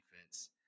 defense